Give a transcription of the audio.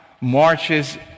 marches